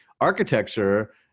architecture